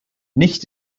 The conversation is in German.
nicht